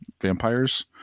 Vampires